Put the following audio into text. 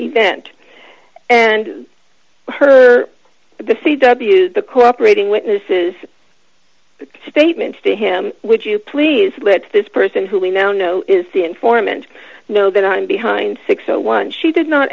event and her the c w the cooperating witnesses statements to him would you please let this person who we now know is the informant know that i am behind six o one she did not